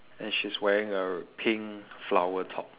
and she's wearing a pink flower top